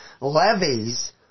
levies